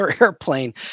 airplane